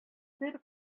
бер